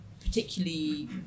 particularly